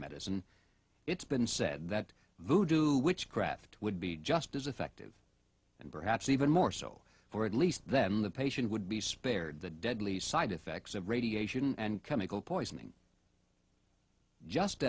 medicine it's been said that the do witchcraft would be just as effective and perhaps even more so for at least then the patient would be spared the deadly side effects of radiation and chemical poisoning just